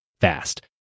fast